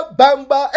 bamba